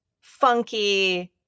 funky